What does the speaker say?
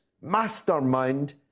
mastermind